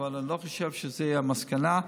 אבל אני לא חושב שזו המסקנה.